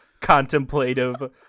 contemplative